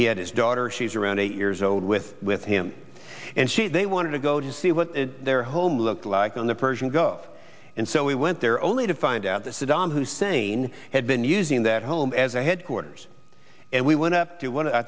he had his daughter she's around eight years old with with him and she they wanted to go to see what their home looked like on the persian gulf and so we went there only to find out that saddam hussein had been using that home as a headquarters and we went up to what i